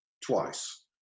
twice